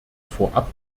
vorab